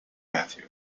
matthew